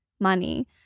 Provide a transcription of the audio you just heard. money